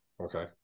okay